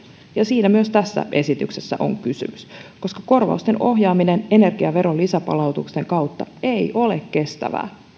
ja siitä myös tässä esityksessä on kysymys koska korvausten ohjaaminen energiaveron lisäpalautusten kautta ei ole kestävää